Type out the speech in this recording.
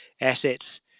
assets